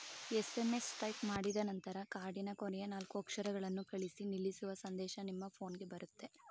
SMS type ಮಾಡಿದನಂತರ ಕಾರ್ಡಿನ ಕೊನೆಯ ನಾಲ್ಕು ಅಕ್ಷರಗಳನ್ನು ಕಳಿಸಿ ನಿಲ್ಲಿಸುವ ಸಂದೇಶ ನಿಮ್ಮ ಫೋನ್ಗೆ ಬರುತ್ತೆ